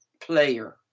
player